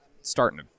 starting